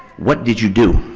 what did you do?